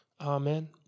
Amen